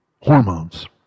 hormones